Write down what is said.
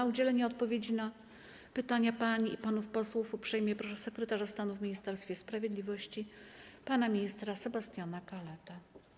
O udzielenie odpowiedzi na pytania pań i panów posłów uprzejmie proszę sekretarza stanu w Ministerstwie Sprawiedliwości pana ministra Sebastiana Kaletę.